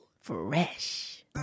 Fresh